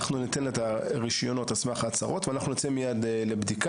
אנחנו ניתן את הרישיונות על סמך ההצהרות ואנחנו נצא מיד לבדיקה.